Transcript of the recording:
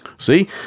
See